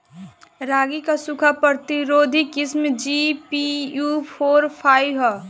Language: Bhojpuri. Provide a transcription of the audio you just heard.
रागी क सूखा प्रतिरोधी किस्म जी.पी.यू फोर फाइव ह?